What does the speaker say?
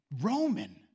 Roman